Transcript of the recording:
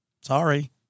Sorry